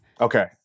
Okay